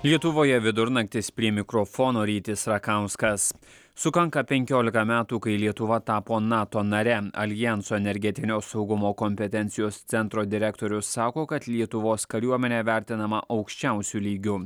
lietuvoje vidurnaktis prie mikrofono rytis rakauskas sukanka penkiolika metų kai lietuva tapo nato nare aljanso energetinio saugumo kompetencijos centro direktorius sako kad lietuvos kariuomenė vertinama aukščiausiu lygiu